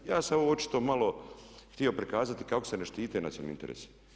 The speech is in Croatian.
Ja sam ovo očito malo htio prikazati kako se ne štite nacionalni interesi.